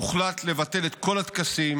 הוחלט לבטל את כל הטקסים